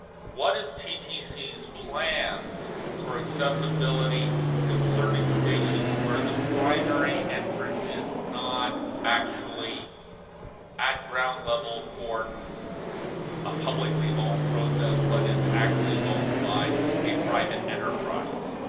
what is ttc's plans for accessibility concerning stations where the primary entrance is not actually at ground level, for a publicly owned process, but is actually owned by a private enterprise?